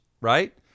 right